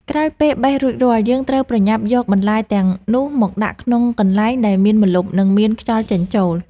ក្រោយពេលបេះរួចរាល់ យើងត្រូវប្រញាប់យកបន្លែទាំងនោះមកដាក់ក្នុងកន្លែងដែលមានម្លប់ និងមានខ្យល់ចេញចូល។